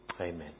Amen